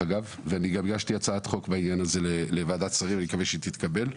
אני גם הגשתי הצעת חוק בעניין הזה לוועדת שרים ואני מקווה שהיא תתקבל.